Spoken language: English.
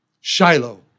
Shiloh